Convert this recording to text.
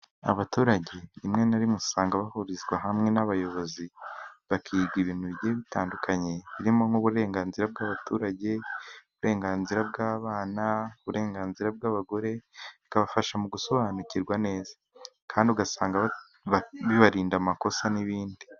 Abaturage rimwe na rimwe usanga bahurizwa hamwe n'abayobozi, bakiga ibintu bigiye bitandukanye, birimo nk'uburenganzira bw'abaturage, uburenganzira bw'abana, uburenganzira bw'abagore, bikabafasha mu gusobanukirwa neza kandi ugasanga bibarinda amakosa n'ibindi.